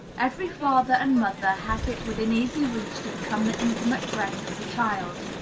every father and mother has it within easy reach to become the intimate friend of the child.